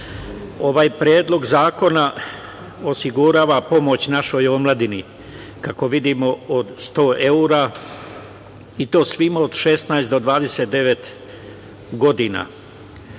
ovaj Predlog zakona osigurava pomoć našoj omladini, kako vidimo od 100 evra i to svima od 16 do 29 godina